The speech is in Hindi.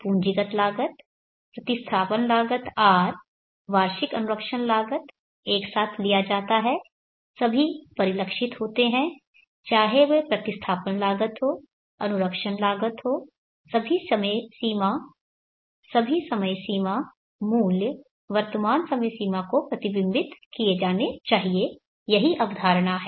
पूंजीगत लागत प्रतिस्थापन लागत R वार्षिक अनुरक्षण लागत एक साथ लिया जाता है सभी परिलक्षित होते हैं चाहे वह प्रतिस्थापन लागत हो अनुरक्षण लागत हो सभी समय सीमा मूल्य वर्तमान समय सीमा को प्रतिबिंबित किए जाने चाहिए यही अवधारणा है